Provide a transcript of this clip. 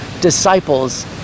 disciples